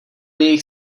jejich